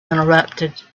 interrupted